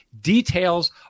Details